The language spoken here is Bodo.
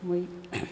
मै